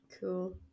cool